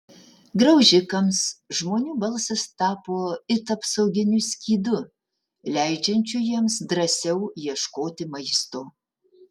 graužikams žmonių balsas tapo it apsauginiu skydu leidžiančiu jiems drąsiau ieškoti maisto